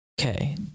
okay